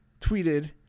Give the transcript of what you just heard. tweeted